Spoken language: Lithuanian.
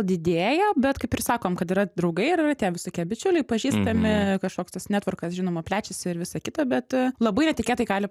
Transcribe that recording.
didėja bet kaip ir sakom kad yra draugai ir yra tie visokie bičiuliai pažįstami kažkoks tas netvorkas žinoma plečiasi ir visa kita bet labai netikėtai gali